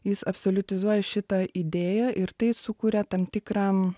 jis absoliutizuoja šitą idėją ir tai sukuria tam tikrą